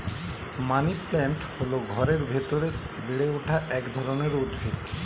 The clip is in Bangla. মানিপ্ল্যান্ট হল ঘরের ভেতরে বেড়ে ওঠা এক ধরনের উদ্ভিদ